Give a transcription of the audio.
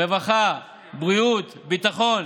רווחה, בריאות, ביטחון.